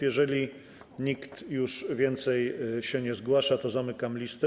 Jeżeli nikt więcej już się nie zgłasza, to zamykam listę.